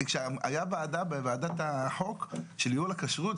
כשהייתה ועדה בוועדת החוק של ניהול הכשרות,